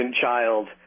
child